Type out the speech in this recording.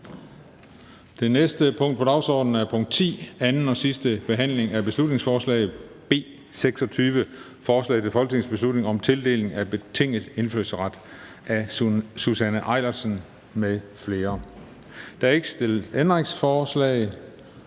Det næste punkt på dagsordenen er: 10) 2. (sidste) behandling af beslutningsforslag nr. B 26: Forslag til folketingsbeslutning om tildeling af betinget indfødsret. Af Susanne Eilersen (DF) m.fl. (Fremsættelse 07.11.2019.